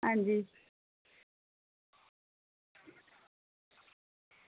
आं जी